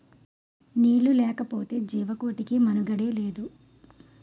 నీళ్లు లేకపోతె జీవకోటికి మనుగడే లేదు